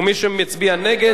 ומי שמצביע נגד,